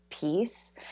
peace